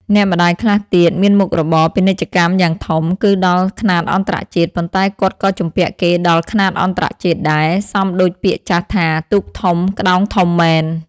អ្នកម្ដាយខ្លះទៀត មានមុខរបរពាណិជ្ជកម្មយ៉ាងធំ គឺដល់ខ្នាតអន្តរជាតិ ប៉ុន្តែគាត់ក៏ជំពាក់គេដល់ខ្នាតអន្តរជាតិដែរ សមដូចពាក្យចាស់ថា «ទូកធំក្ដោងធំមែន» ។